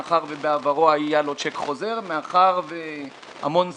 מאחר ובעברו היה לו צ'ק חוזר ומהמון סיבות.